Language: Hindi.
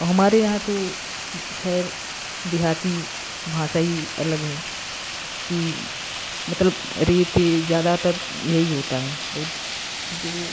और हमारे यहाँ तो खैर देहाती भाषा ही अलग है कि मतलब रे ते ज्यादातर यही होता है और जो